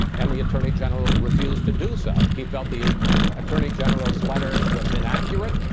and the attorney general refused to do so. he felt the attorney general's letter was inaccurate.